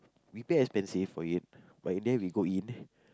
we pay expensive for it but in the end we go in